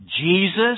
Jesus